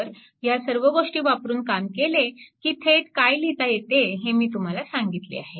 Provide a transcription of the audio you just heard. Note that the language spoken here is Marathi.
तर ह्या सर्व गोष्टी वापरून काम केले की थेट काय लिहिता येते हे मी तुम्हाला सांगितले आहे